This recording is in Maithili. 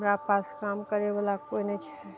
हमरा पास काम करयवला कोइ नहि छै